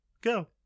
Go